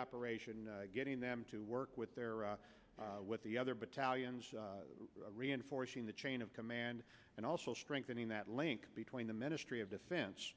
operation getting them to work with their with the other battalions reinforcing the chain of command and also strengthening that link between the ministry of defense